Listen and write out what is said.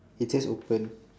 it say open